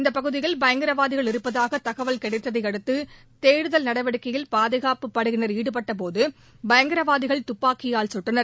இந்தப் பகுதியில் பயங்கரவாதிகள் இருப்பதாக தகவல் கிடைத்ததை அடுத்து தேடுதல் நடவடிக்கையில் பாதுகாப்புப் படையினர் ஈடுபட்டபோது பயங்கரவாதிகள் துப்பாக்கியால் சுட்டனர்